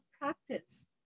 practice